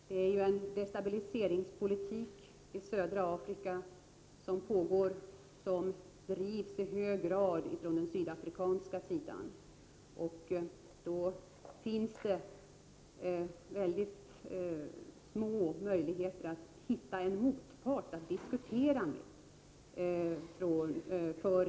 Det förekommer en destabiliseringspolitik i södra Afrika, som i hög grad drivs från Sydafrikas sida. Då finns det små möjligheter för regeringen i Mogambique att hitta en motpart att diskutera med.